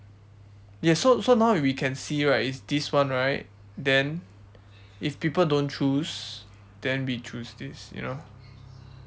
ya so so now we can see right it's this one right then if people don't choose then we choose this you know